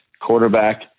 quarterback